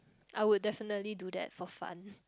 I would definitely do that for fun